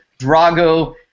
Drago